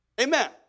Amen